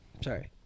Sorry